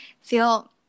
feel